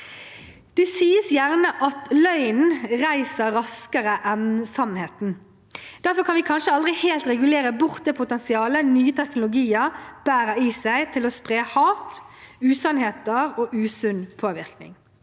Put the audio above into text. Det sies gjerne at løgnen reiser raskere enn sannheten. Derfor kan vi kanskje aldri helt regulere bort det potensialet nye teknologier bærer i seg til å spre hat, usannheter og usunn påvirkning.